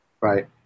right